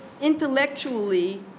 intellectually